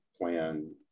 plan